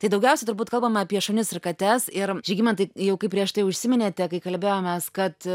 tai daugiausiai turbūt kalbama apie šunis ir kates ir žygimantai jau kaip prieš tai užsiminėte kai kalbėjomės kad